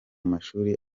mashuri